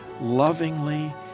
lovingly